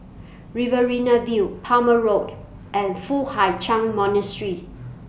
Riverina View Palmer Road and Foo Hai Ch'An Monastery